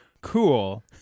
cool